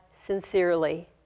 sincerely